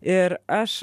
ir aš